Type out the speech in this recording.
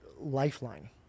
lifeline